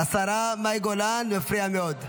השרה מאי גולן, מפריע מאוד.